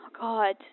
God